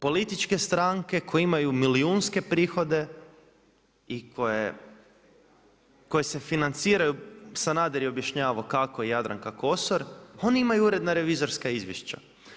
Političke stranke koje imaju milijunske prihode i koje se financiraju, Sanader je objašnjavao kako i Jadranka Kosor oni imaju uredna revizorska izvješća.